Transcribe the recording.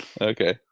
okay